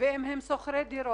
או שכר דירה אם הם שוכרי דירות.